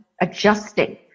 adjusting